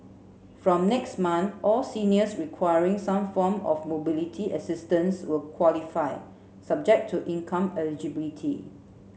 from next month all seniors requiring some form of mobility assistance will qualify subject to income eligibility